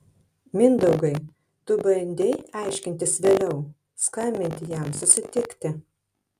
mindaugai tu bandei aiškintis vėliau skambinti jam susitikti